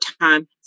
time